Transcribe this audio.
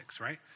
right